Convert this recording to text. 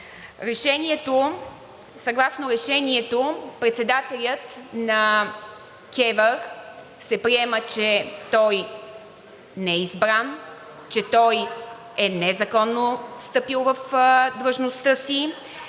партньори. Съгласно Решението председателят на КЕВР се приема, че той не е избран, че той е незаконно встъпил в длъжността си